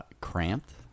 cramped